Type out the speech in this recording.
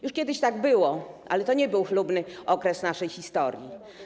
Już kiedyś tak było, ale nie był to chlubny okres naszej historii.